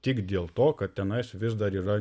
tik dėl to kad tenais vis dar yra